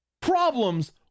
problems